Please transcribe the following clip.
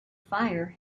fire